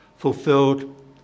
Fulfilled